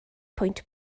pwynt